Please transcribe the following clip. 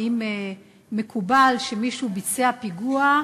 האם מקובל שמישהו ביצע פיגוע,